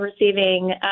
receiving